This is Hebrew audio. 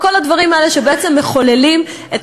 כל הדברים האלה שבעצם מחוללים את